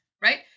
right